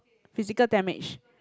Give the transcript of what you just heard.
physical damage